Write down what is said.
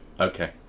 Okay